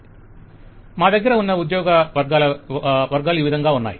client మా దగ్గర ఉన్న ఉద్యోగ వర్గాలు ఈ విధంగా ఉన్నాయి